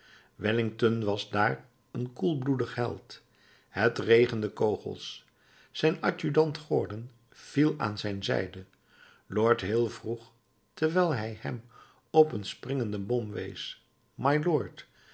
wellington was daar een koelbloedig held het regende kogels zijn adjudant gordon viel aan zijn zijde lord hill vroeg terwijl hij hem op een springende bom wees